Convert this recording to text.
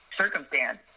circumstance